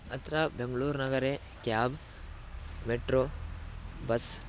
अत्र बेङ्ग्ळूर्नगरे cab metro bus